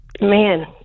man